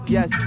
Yes